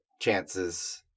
Chance's